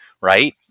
right